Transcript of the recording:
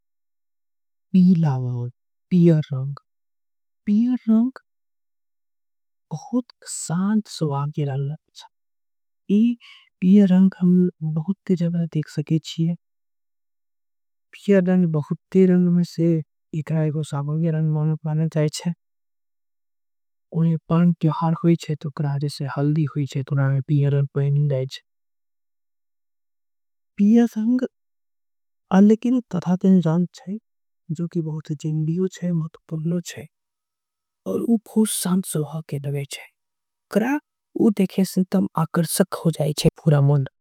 पियर रंग बहुत शांत स्वभाव के रंग छे बहुते। जगह देख सकते छीये पियर रंग बहुये जगह। उपयोग होई छे पियर रंग बहुते अलग रंग। होय छीये शांत स्वभाव के होवे छीये।